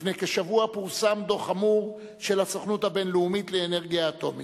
לפני כשבוע פורסם דוח חמור של הסוכנות הבין-לאומית לאנרגיה אטומית.